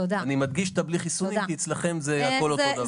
אני מדגיש את הבלי חיסונים כי אצלכם זה הכל אותו דבר.